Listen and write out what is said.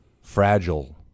fragile